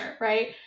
right